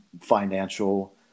financial